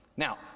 Now